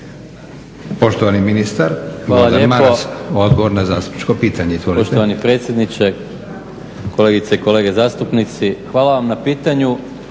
Poštovani ministar Gordan Maras odgovor na zastupničko pitanje.